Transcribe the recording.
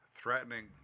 threatening